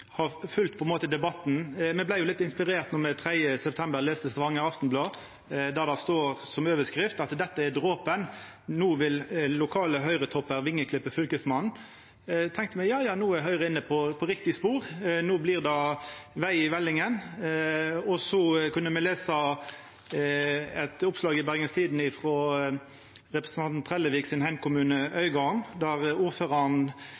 har følgt debatten. Me vart litt inspirerte då me 3. september i Stavanger Aftenblad las overskrifta «Dette var dråpen – nå vil Høyre-topper vingeklippe fylkesmannen». Då tenkte me: Ja, no er Høgre inne på riktig spor, no blir det veg i vellinga. Og så kunne me lesa eit oppslag i Bergens Tidende frå representanten Trelleviks heimkommune, Øygarden, der ordføraren